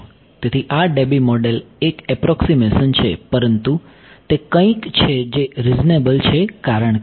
તેથી આ Debye model એક એપ્રોકસીમેશન છે પરંતુ તે કંઈક છે જે રીઝનેબલ છે કારણ કે